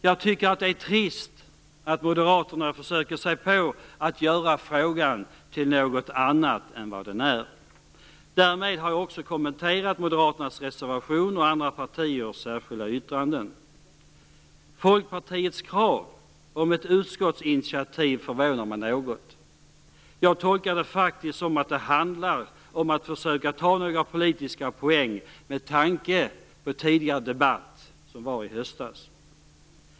Jag tycker att det är trist att Moderaterna försöker göra frågan till något annat än vad den är. Därmed har jag också kommenterat Moderaternas reservation och andra partiers särskilda yttranden. Folkpartiets krav om ett utskottsinitiativ förvånar mig något. Jag tolkar det faktiskt så, att det handlar om att ta några politiska poäng med tanke på debatten i höstas.